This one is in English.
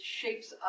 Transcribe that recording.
shapes